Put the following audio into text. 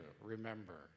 Remember